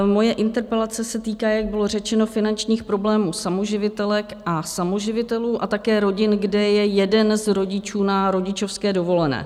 Moje interpelace se týká, jak bylo řečeno, finančních problémů samoživitelek a samoživitelů a také rodin, kde je jeden z rodičů na rodičovské dovolené.